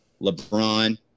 LeBron